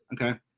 okay